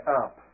up